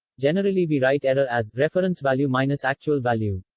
generally, we write error as, reference value minus actual value.